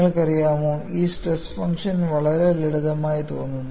നിങ്ങൾക്കറിയാമോ ഈ stress function വളരെ ലളിതമായി തോന്നുന്നു